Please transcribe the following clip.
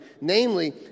Namely